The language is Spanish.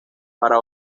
para